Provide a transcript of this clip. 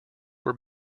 were